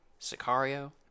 Sicario